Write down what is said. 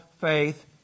faith